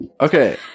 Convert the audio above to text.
Okay